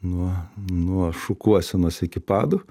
nuo nuo šukuosenos iki padų